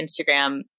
Instagram